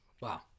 Wow